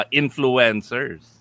influencers